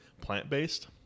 plant-based